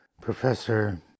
Professor